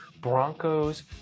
Broncos